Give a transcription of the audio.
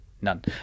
None